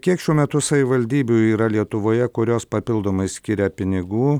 kiek šiuo metu savivaldybių yra lietuvoje kurios papildomai skiria pinigų